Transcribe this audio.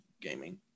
gaming